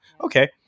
Okay